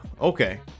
Okay